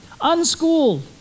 unschooled